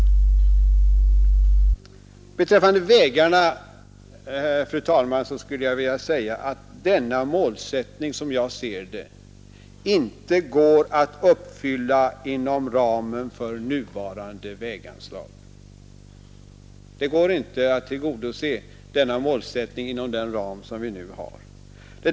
Beträffande vägarna vill jag säga att målsättningen, som jag ser det, inte går att uppfylla inom ramen för nuvarande väganslag.